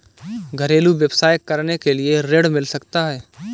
घरेलू व्यवसाय करने के लिए ऋण मिल सकता है?